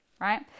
right